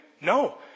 No